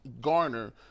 garner